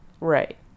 Right